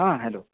हां हॅलो